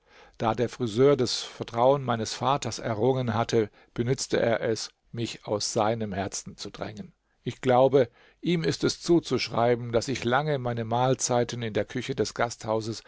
da der friseur das vertrauen meines vaters errungen hatte benützte er es mich aus seinem herzen zu drängen ich glaube ihm ist es zuzuschreiben daß ich lange meine mahlzeiten in der küche des gasthauses